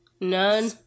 None